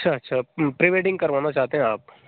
अच्छा अच्छा pre wedding करवाना चाहते हैं आप